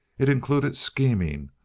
it included scheming,